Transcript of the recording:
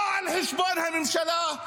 לא על חשבון הממשלה.